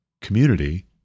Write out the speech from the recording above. community